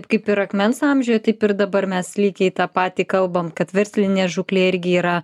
kaip ir akmens amžiuje taip ir dabar mes lygiai tą patį kalbam kad verslinė žūklė irgi yra